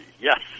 Yes